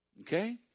okay